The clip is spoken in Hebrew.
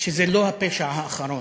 שזה לא הפשע האחרון.